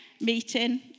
meeting